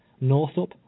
Northup